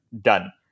done